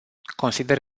consider